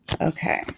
Okay